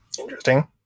Interesting